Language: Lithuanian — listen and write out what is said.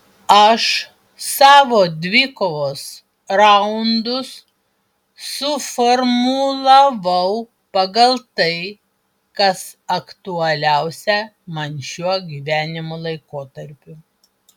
aš savo dvikovos raundus suformulavau pagal tai kas aktualiausia man šiuo gyvenimo laikotarpiu